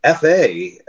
fa